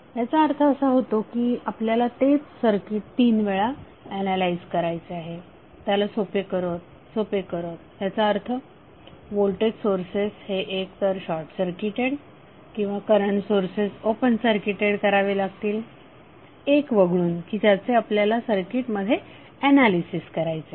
याचा अर्थ असा होतो की आपल्याला तेच सर्किट तीन वेळा ऍनालाइज करायचे आहे त्याला सोपे करत सोपे करत याचा अर्थ व्होल्टेज सोर्सेस हे एक तर शॉर्टसर्किटेड किंवा करंट सोर्सेस ओपन सर्किटेड करावे लागतील एक वगळता की ज्याचे आपल्याला सर्किट मध्ये ऍनालिसिस करायचे आहे